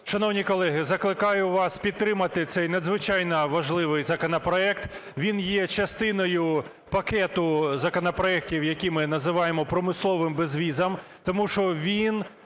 Шановні колеги, закликаю вас підтримати цей надзвичайно важливий законопроект, він є частиною пакету законопроектів, які ми називаємо "промисловим безвізом", тому що він